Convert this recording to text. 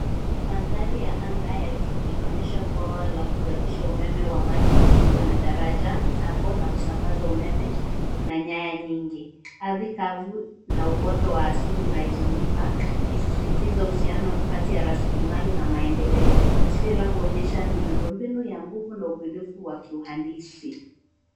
Mandhari ya anga ya juu inaonyesha bwawa la kuzalisha umeme wa maji likiwa na daraja , mitambo wa kusambaza umeme na nyaya nyingi. Ardhi kavu na uoto wa asili unaizunguka ukisisitiza uhusiano kati ya rasilimali na maendeleo. Taswira huonyesha miundombinu ya nguvu na ubunifu wa kiuhandisi.